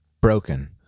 broken